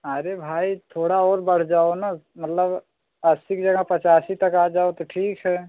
अरे भाई थोड़ा और बढ़ जाओ ना मतलब अस्सी के जगह पचासी तक आ जाओ तो ठीक है